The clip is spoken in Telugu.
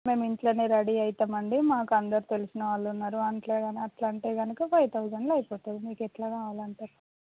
మేం ఇంట్లోనే రెడీ అవుతామండి మాకందరు తెలిసిన వాళ్ళున్నారు అనిట్ల అట్లంటే గనుక ఫైవ్ తౌసండ్లో అయిపోతుంది మీకెట్లా కావాలంటారు